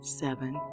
seven